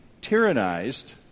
tyrannized